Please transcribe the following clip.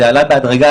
זה עלה בהדרגה,